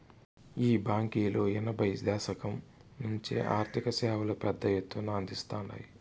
ఈ బాంకీలు ఎనభైయ్యో దశకం నుంచే ఆర్థిక సేవలు పెద్ద ఎత్తున అందిస్తాండాయి